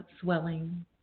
swelling